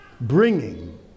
bringing